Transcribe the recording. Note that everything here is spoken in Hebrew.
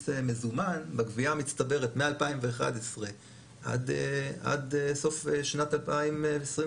מזומן בגבייה המצטברת מ-2011 עד סוף שנת 2021,